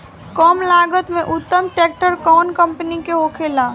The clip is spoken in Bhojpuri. कम लागत में उत्तम ट्रैक्टर कउन कम्पनी के होखेला?